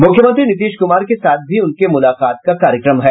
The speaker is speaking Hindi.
मुख्यमंत्री नीतीश कुमार के साथ भी उनके मुलाकात का कार्यक्रम है